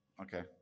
Okay